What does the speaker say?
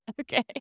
Okay